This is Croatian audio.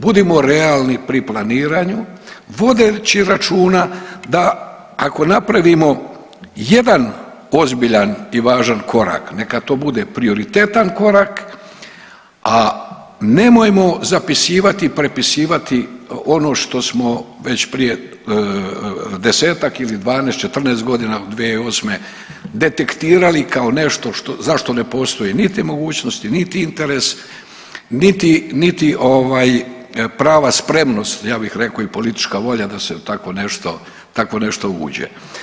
Budimo realni pri planiranju, vodeći računa da, ako napravimo jedan ozbiljan i važan korak, neka to bude prioritetan korak, a nemojmo zapisivati i prepisivati ono što smo već prije desetak ili 12, 14 godina, 2008. detektirali kao nešto za što ne postoji niti mogućnosti niti interes niti ovaj prava spremnost, ja bih rekao i politička volja da se u tako nešto uđe.